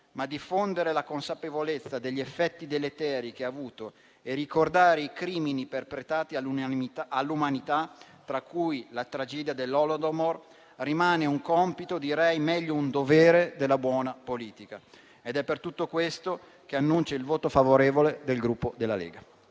ma diffondere la consapevolezza degli effetti deleteri che ha avuto e ricordare i crimini perpetrati all'umanità, tra cui la tragedia dell'Holodomor, rimane un compito, anzi un dovere della buona politica. È per tutto questo che annuncio il voto favorevole del Gruppo Lega.